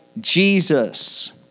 Jesus